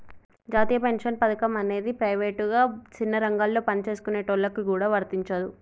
జాతీయ పెన్షన్ పథకం అనేది ప్రైవేటుగా సిన్న రంగాలలో పనిచేసుకునేటోళ్ళకి గూడా వర్తించదు